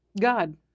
God